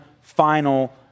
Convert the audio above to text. final